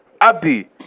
Abdi